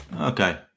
Okay